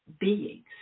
beings